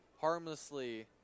harmlessly